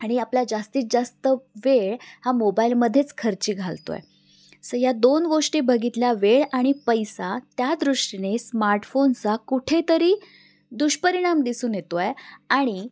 आणि आपला जास्तीत जास्त वेळ हा मोबाईलमध्येच खर्ची घालतो आहे स या दोन गोष्टी बघितल्या वेळ आणि पैसा त्या दृष्टीने स्मार्टफोनचा कुठेतरी दुष्परिणाम दिसून येतो आहे आणि